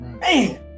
Man